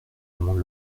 demande